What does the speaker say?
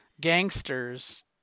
gangsters